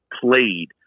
played